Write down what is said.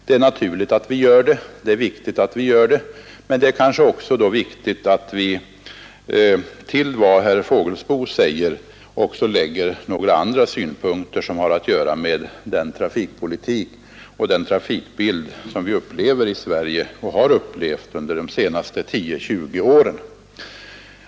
Det är naturligt och viktigt att vi gör det, men det är kanske också viktigt att till vad herr Fågelsbo säger lägga några ytterligare synpunkter på den trafikpolitik och den trafikbild som vi upplever och har upplevt i Sverige under de senaste 10—20 åren.